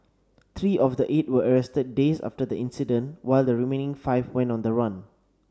three of the eight were arrested days after the incident while the remaining five went on the run